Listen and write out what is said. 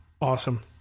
awesome